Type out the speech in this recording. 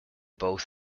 both